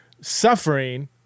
suffering